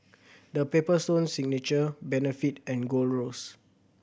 The Paper Stone Signature Benefit and Gold Roast